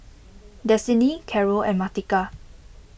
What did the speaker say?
Destini Carroll and Martika